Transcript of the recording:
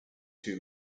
two